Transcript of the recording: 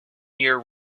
year